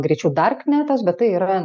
greičiau darknetas bet tai yra